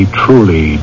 truly